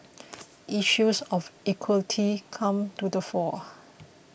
issues of equity come to the fore